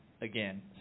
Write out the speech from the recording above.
again